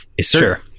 Sure